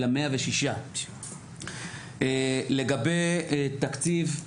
אלא 106. לגבי תקציב,